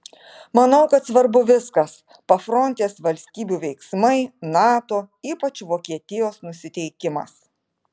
manau kad svarbu viskas pafrontės valstybių veiksmai nato ypač vokietijos nusiteikimas